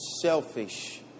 selfish